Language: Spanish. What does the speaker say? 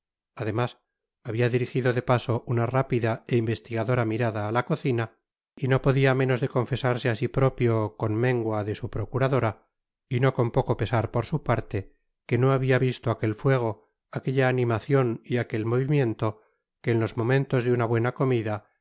además habia dirijido de paso una rápida é investigadora mirada á la cocina y no podia menos de confesarse á si propio con mengua de su procuradora y no con poco pesar por su parte que no habia visto aquel fuego aquella animacion y aquel movimiento que en los momentos de una buena comida